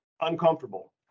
uncomfortable